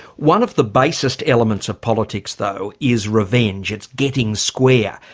one of the basest elements of politics, though, is revenge, it's getting square,